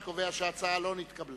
אני קובע שההצעה לא נתקבלה.